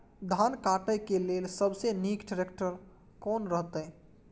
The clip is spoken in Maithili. धान काटय के लेल सबसे नीक ट्रैक्टर कोन रहैत?